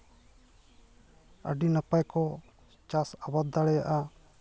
ᱟᱹᱰᱤ ᱱᱟᱯᱟᱭ ᱠᱚ ᱪᱟᱥ ᱟᱵᱟᱫ ᱫᱟᱲᱮᱭᱟᱜᱼᱟ